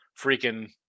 freaking